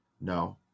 No